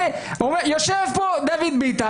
יושב פה דוד ביטן,